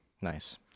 nice